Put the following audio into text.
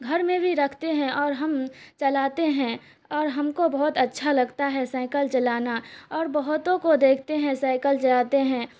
گھر میں بھی رکھتے ہیں اور ہم چلاتے ہیں اور ہم کو بہت اچھا لگتا ہے سائیکل چلانا اور بہتوں کو دیکھتے ہیں سائیکل چلاتے ہیں